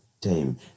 time